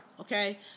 okay